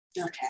Okay